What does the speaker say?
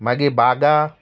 मागी बागा